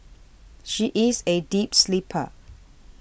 she is a deep sleeper